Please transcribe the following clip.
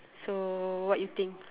so what you think